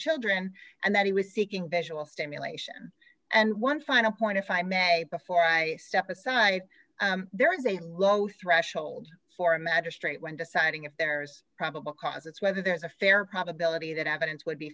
children and that he was seeking visual stimulation and one final point if i may before i step aside there is a low threshold for a magistrate when deciding if there's probable cause it's whether there is a fair probability that evidence would be